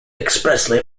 expressly